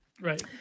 Right